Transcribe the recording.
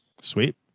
sweet